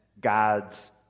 God's